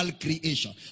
creation